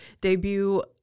debut